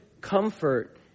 comfort